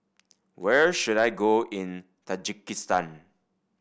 where should I go in Tajikistan